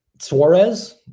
suarez